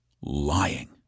lying